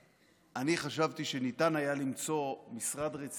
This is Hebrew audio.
אני חשבתי שהיה ניתן למצוא משרד רציני אחר,